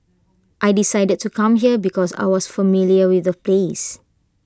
I decided to come here because I was familiar with the place